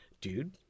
dude